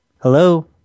Hello